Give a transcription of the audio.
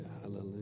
hallelujah